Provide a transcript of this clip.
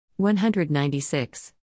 196